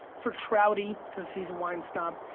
for trouty because he's a wine snob,